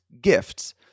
gifts